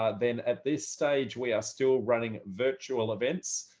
ah then at this stage, we are still running virtual events.